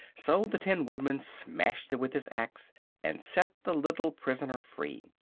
so the tin woodman smashed it with his axe and set the little prisoner free.